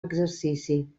exercici